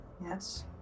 Yes